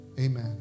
Amen